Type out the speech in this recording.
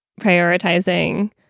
prioritizing